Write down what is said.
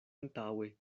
antaŭe